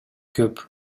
көп